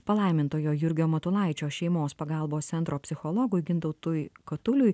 palaimintojo jurgio matulaičio šeimos pagalbos centro psichologui gintautui katuliui